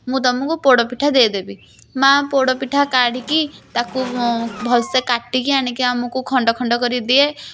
ମୁଁ ତମକୁ ପୋଡ଼ପିଠା ଦେଇଦେବି ମାଆ ପୋଡ଼ପିଠା କାଢ଼ିକି ତାକୁ ଭଲସେ କାଟିକି ଆଣିକି ଆମକୁ ଖଣ୍ଡ ଖଣ୍ଡ କରିକି ଦିଏ